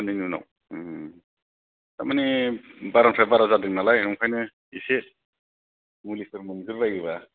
साननैनि उनाव उम उम थारमानि बारानिफ्राय बारा जादों नालाय ओंखायनो इसे मुलिफोर मोनगोरबायोब्ला